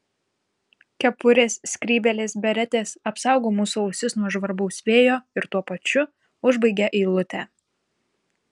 kepurės skrybėlės beretės apsaugo mūsų ausis nuo žvarbaus vėjo ir tuo pačiu užbaigia eilutę